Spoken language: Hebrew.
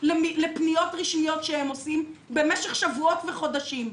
לפניות רשמיות שהם פונים במשך שבועות וחודשים.